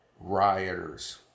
rioters